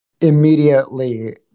immediately